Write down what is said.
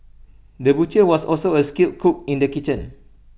the butcher was also A skilled cook in the kitchen